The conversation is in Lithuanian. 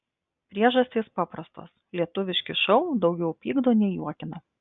priežastys paprastos lietuviški šou daugiau pykdo nei juokina